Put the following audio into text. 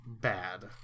bad